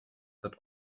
that